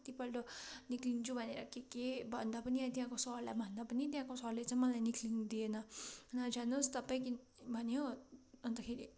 कति पल्ट निस्कन्छु भनेर के के भन्दा पनि त्यहाँको सरलाई भन्दा पनि त्यहाँको सरले चाहिँ मलाई निस्कनु दिएन न जानु होस् तपाईँ भन्यो अन्तखेरि